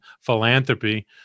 philanthropy